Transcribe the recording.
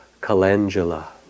calendula